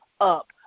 up